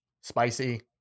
spicy